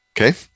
okay